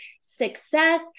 success